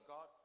God